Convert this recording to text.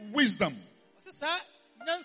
wisdom